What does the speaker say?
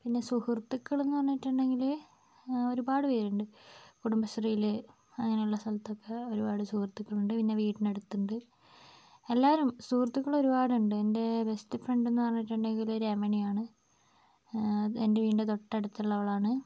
പിന്നെ സുഹൃത്തുക്കൾ എന്ന് പറഞ്ഞിട്ടുണ്ടെങ്കിൽ ഒരുപാട് പേരുണ്ട് കുടുംബശ്രീയിൽ അങ്ങനെയുള്ള സ്ഥലത്തൊക്കെ ഒരുപാട് സുഹൃത്തുക്കൾ ഉണ്ട് പിന്നെ വീടിൻ്റെ അടുത്തുണ്ട് എല്ലാവരും സുഹൃത്തുക്കൾ ഒരുപാടുണ്ട് എൻ്റെ ബെസ്റ്റ് ഫ്രണ്ട് എന്ന് പറഞ്ഞിട്ടുണ്ടെങ്കിൽ രമണിയാണ് അത് എൻ്റെ വീടിൻ്റെ തൊട്ടടുത്തുള്ളവളാണ്